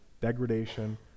degradation